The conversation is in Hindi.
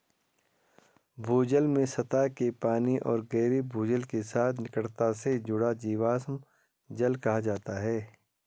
भूजल में सतह के पानी और गहरे भूजल के साथ निकटता से जुड़ा जीवाश्म जल कहा जाता है